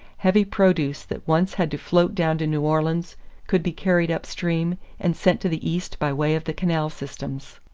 heavy produce that once had to float down to new orleans could be carried upstream and sent to the east by way of the canal systems.